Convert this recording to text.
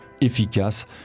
efficace